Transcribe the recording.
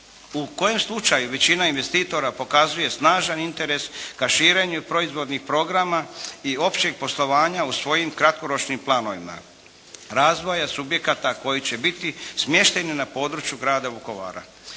U kojem slučaju većina investitora pokazuje snažan interes ka širenju i proizvodnih programa i općeg poslovanja u svojim kratkoročnim planovima razvoja subjekata koji će biti smješteni na području grada Vukovara.